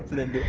the